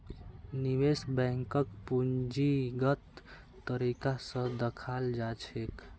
निवेश बैंकक पूंजीगत तरीका स दखाल जा छेक